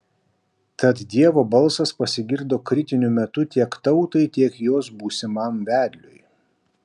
tad dievo balsas pasigirdo kritiniu metu tiek tautai tiek jos būsimam vedliui